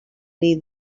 need